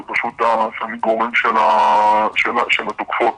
ופשוט הסניגורים של התוקפות